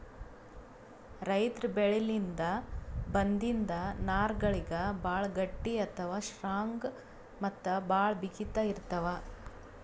ರೈತರ್ ಬೆಳಿಲಿನ್ದ್ ಬಂದಿಂದ್ ನಾರ್ಗಳಿಗ್ ಭಾಳ್ ಗಟ್ಟಿ ಅಥವಾ ಸ್ಟ್ರಾಂಗ್ ಮತ್ತ್ ಭಾಳ್ ಬಿಗಿತ್ ಇರ್ತವ್